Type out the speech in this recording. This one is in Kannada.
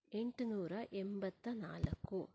ಎಂಟು ನೂರ ಎಂಬತ್ತ ನಾಲ್ಕು